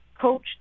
coach